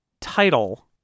title